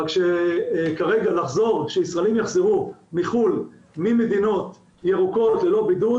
רק שכרגע שישראלים יחזרו מחו"ל ממדינות ירוקות ללא בידוד,